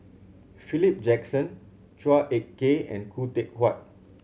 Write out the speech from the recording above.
Philip Jackson Chua Ek Kay and Khoo Teck Puat